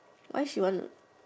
why she want